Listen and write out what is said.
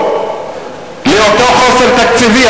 לאותו חוסר תקציבי,